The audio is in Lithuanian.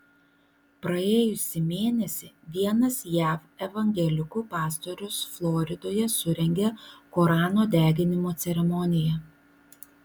praėjusį mėnesį vienas jav evangelikų pastorius floridoje surengė korano deginimo ceremoniją